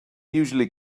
usually